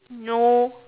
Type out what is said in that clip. no